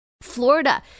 Florida